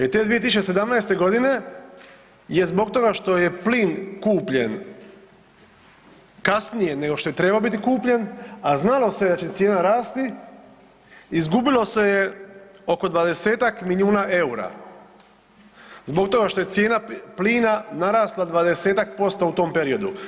E te 2017. godine je zbog toga što je plin kupljen kasnije nego što je trebao biti kupljen, a znalo se da će cijena rasti izgubilo se je oko 20 milijuna EUR-a zbog toga što je cijena plina narasla 20% u tom periodu.